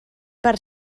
per